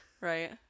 right